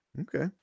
Okay